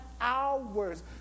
hours